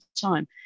time